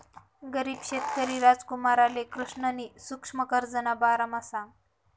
गरीब शेतकरी रामकुमारले कृष्णनी सुक्ष्म कर्जना बारामा सांगं